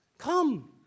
Come